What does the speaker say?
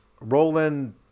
Roland